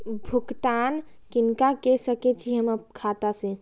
भुगतान किनका के सकै छी हम खाता से?